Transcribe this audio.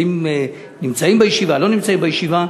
האם נמצאים בישיבה או לא נמצאים בישיבה,